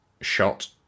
shot